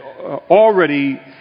already